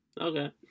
Okay